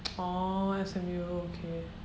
orh S_M_U okay